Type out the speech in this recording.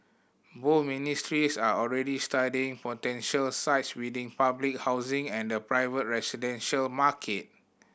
both ministries are already studying potential sites within public housing and the private residential market